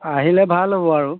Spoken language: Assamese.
আহিলে ভাল হ'ব আৰু